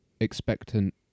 expectant